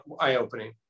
eye-opening